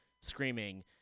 screaming